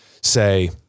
say